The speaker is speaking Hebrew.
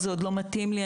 זה עוד לא מתאים לי,